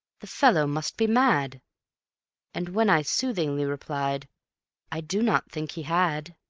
the fellow must be mad and when i soothingly replied i do not think he had,